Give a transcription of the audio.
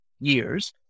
years